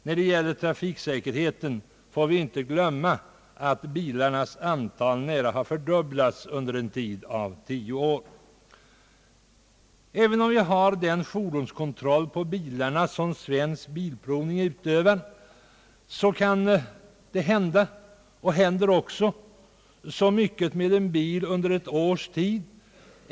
När det gäller trafiksäkerheten får vi inte glömma att bilarnas antal nästan fördubblats under en tid av tio år. Trots den fordonskontroll som utförs av Svensk bilprovning kan det hända — och händer också — så mycket med en bil under ett års tid.